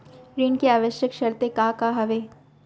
ऋण के आवश्यक शर्तें का का हवे?